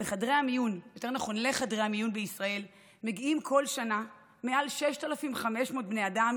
לחדרי המיון בישראל מגיעים כל שנה מעל 6,500 בני אדם